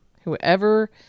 whoever